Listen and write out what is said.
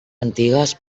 antigues